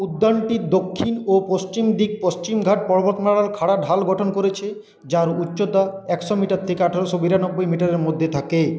উদ্যানটির দক্ষিণ ও পশ্চিম দিক পশ্চিমঘাট পর্বতমালার খাড়া ঢাল গঠন করেছে যার উচ্চতা একশো মিটার থেকে আঠারোশো বিরানব্বই মিটারের মধ্যে থাকে